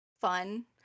fun